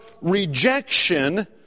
rejection